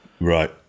Right